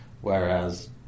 Whereas